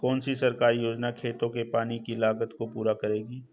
कौन सी सरकारी योजना खेतों के पानी की लागत को पूरा करेगी?